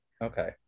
Okay